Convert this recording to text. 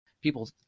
People